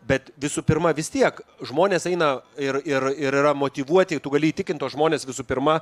bet visų pirma vis tiek žmonės eina ir ir ir yra motyvuoti tu gali įtikint tuos žmones visų pirma